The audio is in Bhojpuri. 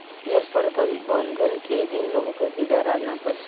जल प्रबंधन केय दिन में होखे कि दरार न पड़ी?